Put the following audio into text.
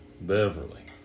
Beverly